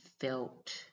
felt